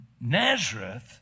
Nazareth